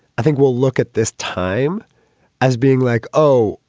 i think we'll look at this time as being like, oh,